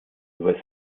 über